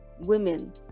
women